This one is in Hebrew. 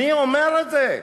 מי אומר את זה?